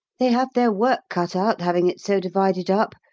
they have their work cut out having it so divided up,